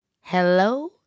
Hello